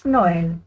Noel